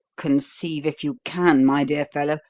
conceive if you can, my dear fellow,